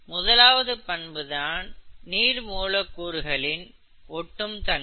முதலாவது பண்பு தான் நீர் மூலக்கூறுகளின் ஒட்டும் தன்மை